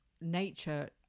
nature